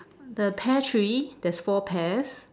the pear tree there's four pears